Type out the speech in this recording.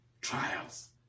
trials